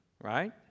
right